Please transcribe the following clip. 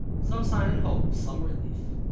some sign and hope of some relief.